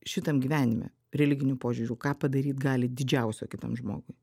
šitam gyvenime religiniu požiūriu ką padaryt gali didžiausio kitam žmogui